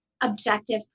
objective